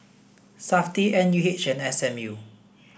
SAFTI N U H and S M U